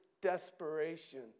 desperation